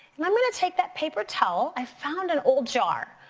and i'm gonna take that paper towel, i found an old jar.